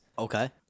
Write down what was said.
Okay